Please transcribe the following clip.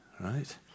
Right